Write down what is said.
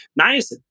niacin